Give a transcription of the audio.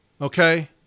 Okay